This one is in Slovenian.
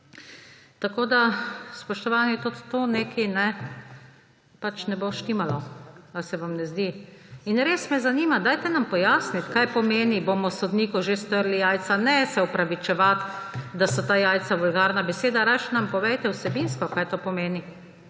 Tako da, spoštovani, tudi to nekaj ne bo štimalo. Ali se vam ne zdi? Res me zanima, pojasnite nam, kaj pomeni, »bomo sodniku že strli jajca«. Ne se opravičevati, da so ta jajca vulgarna beseda, rajši nam povejte vsebinsko, kaj to pomeni.